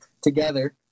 together